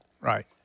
Right